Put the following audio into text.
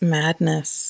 madness